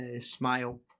Smile